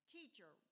Teacher